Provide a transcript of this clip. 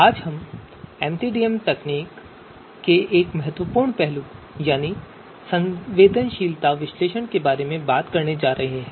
आज हम एमसीडीएम तकनीकों के एक महत्वपूर्ण पहलू यानी संवेदनशीलता विश्लेषण के बारे में बात करने जा रहे हैं